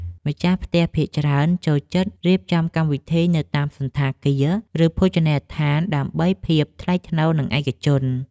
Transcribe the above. ម្ចាស់ផ្ទះភាគច្រើនចូលចិត្តរៀបចំកម្មវិធីនៅតាមសណ្ឋាគារ ឬភោជនីយដ្ឋានដើម្បីភាពថ្លៃថ្នូរនិងឯកជន។